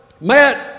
Matt